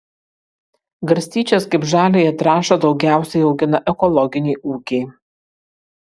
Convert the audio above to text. garstyčias kaip žaliąją trąšą daugiausiai augina ekologiniai ūkiai